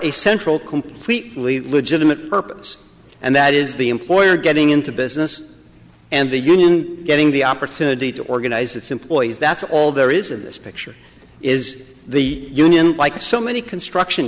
completely legitimate purpose and that is the employer getting into business and the union getting the opportunity to organize its employees that's all there is in this picture is the union like so many construction